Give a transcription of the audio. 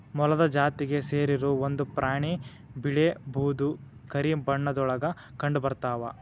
ಮೊಲದ ಜಾತಿಗೆ ಸೇರಿರು ಒಂದ ಪ್ರಾಣಿ ಬಿಳೇ ಬೂದು ಕರಿ ಬಣ್ಣದೊಳಗ ಕಂಡಬರತಾವ